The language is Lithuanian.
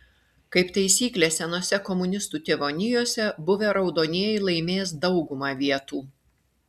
kaip taisyklė senose komunistų tėvonijose buvę raudonieji laimės daugumą vietų